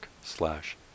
slash